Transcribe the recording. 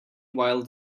while